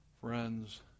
friends